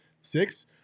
six